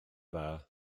dda